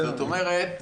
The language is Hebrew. זאת אומרת,